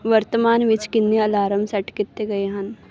ਵਰਤਮਾਨ ਵਿੱਚ ਕਿੰਨੇ ਅਲਾਰਮ ਸੈਟ ਕੀਤੇ ਗਏ ਹਨ